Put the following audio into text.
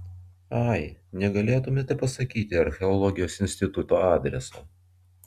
ai negalėtumėte pasakyti archeologijos instituto adreso